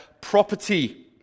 property